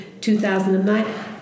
2009